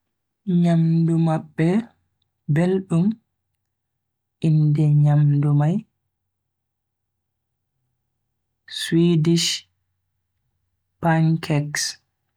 Nyamdu mabbe beldum, inde nyamdu mai swidish pancakes.